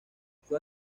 fue